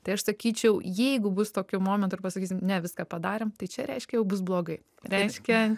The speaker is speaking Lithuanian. tai aš sakyčiau jeigu bus tokių momentų ir pasakysim ne viską padarėm tai čia reiškia jau bus blogai reiškia